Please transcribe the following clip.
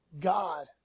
God